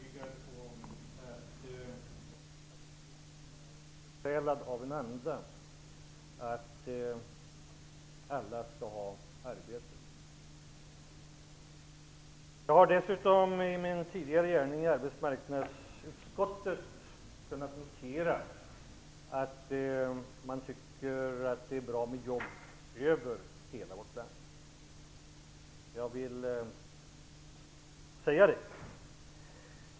Herr talman! Jag är övertygad om att Vänsterpartiet är besjälat av en anda om att alla skall ha arbete. Jag har dessutom i min tidigare gärning i arbetsmarknadsutskottet kunnat notera att man tycker att det är bra med jobb över hela vårt land.